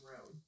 road